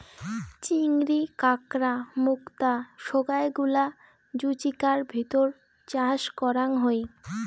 চিংড়ি, কাঁকড়া, মুক্তা সোগায় গুলা জুচিকার ভিতর চাষ করাং হই